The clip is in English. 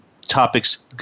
topics